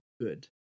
good